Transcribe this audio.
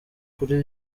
kuri